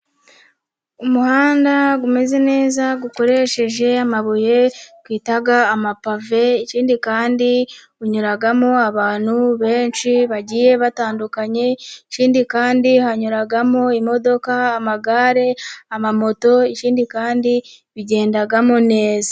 Umuhanda umeze neza, ukoresheje amabuye twita amapave, ikindi kandi unyuramo abantu benshi, bagiye batandukanye, ikindi kandi hanyuramo imodoka, amagare, amamoto, ikindi kandi bigendamo neza.